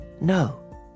No